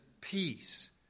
peace